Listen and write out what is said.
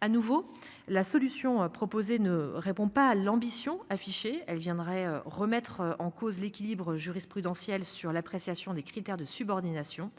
À nouveau la solution proposée ne répond pas à l'ambition affichée, elle viendrait remettre en cause l'équilibre jurisprudentielle sur l'appréciation des critères de subordination,